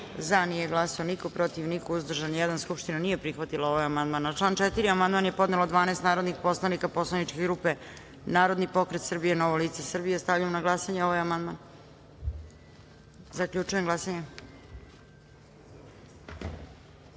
glasanje: za – niko, protiv – niko, uzdržan – jedan. Skupština nije prihvatila amandman. Na član 3. amandman je podnelo 12 narodnih poslanika poslaničke grupe Narodni pokret Srbije - Novo lice Srbije. Stavljam na glasanje ovaj amandman. Zaključujem glasanje: